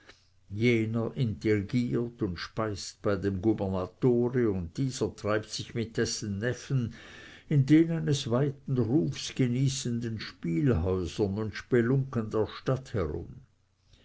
jener intrigiert und speist bei dem gubernatore und dieser treibt sich mit dessen neffen in den eines weiten rufs genießenden spielhäusern und spelunken der stadt herum